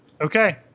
Okay